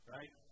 Right